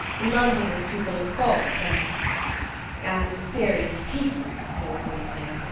london is too full of fogs and and serious people, lord windermere.